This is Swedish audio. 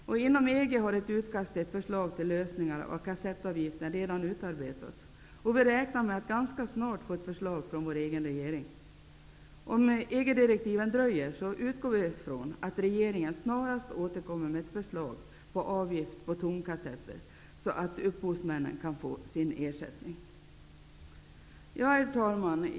Inom EG har ett utkast till förslag till lösningar av kassettavgiften redan utarbetats. Vi räknar med att ganska snart få ett förslag från vår egen regering. Vi utgår från att regeringen, om EG-direktiven dröjer, snarast återkommer med ett förslag till avgift på tomkassetter så att upphovsmännen kan få sin ersättning. Herr talman!